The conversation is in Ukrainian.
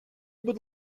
будь